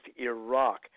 Iraq